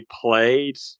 played